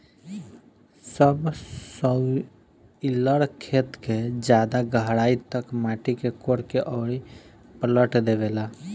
subsoiler खेत के ज्यादा गहराई तक माटी के कोड़ के अउरी पलट देवेला